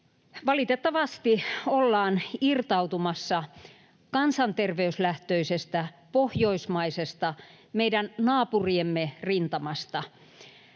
valitettavasti ollaan irtautumassa kansanterveyslähtöisestä, pohjoismaisesta, meidän naapuriemme rintamasta.